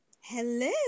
Hello